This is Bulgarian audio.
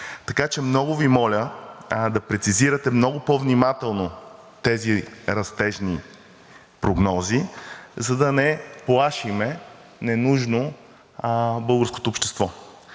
Така че много Ви моля да прецизирате много по-внимателно тези растежни прогнози, за да не плашим ненужно българското общество.